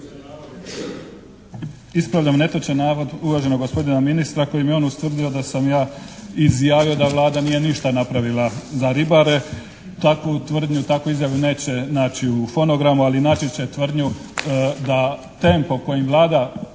Ispravljam netočan navod uvaženog gospodina ministra kojim je on ustvrdio da sam ja izjavio da Vlada nije ništa napravila za ribare. Takvu tvrdnju, takvu izjavu neće naći u fonogramu. Ali naći će tvrdnju da tempo kojim Vlada